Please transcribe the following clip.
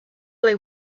they